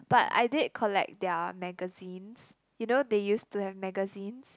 but I did collect their magazines you know they used to have magazines